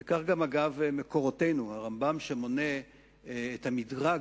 ואגב, כך גם מקורותינו הרמב"ם, שמונה את המדרג